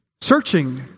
searching